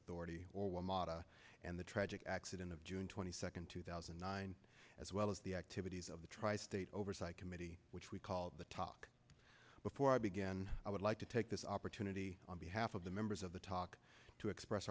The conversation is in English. authority or will mata and the tragic accident of june twenty second two thousand and nine as well as the activities of the tri state oversight committee which we called the talk before i began i would like to take this opportunity on behalf of the members of the talk to express